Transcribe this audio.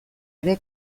ere